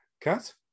Kat